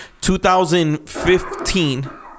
2015